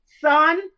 Son